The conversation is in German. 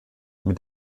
mit